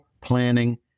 planning